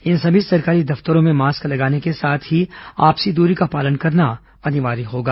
इन सभी सरकारी दफ्तरों में मास्क लगाने के साथ ही आपसी दूरी का पालन करना अनिवार्य होगा